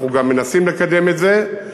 אנחנו גם מנסים לקדם את זה.